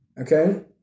Okay